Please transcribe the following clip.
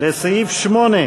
לסעיף 8,